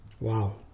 Wow